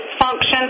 function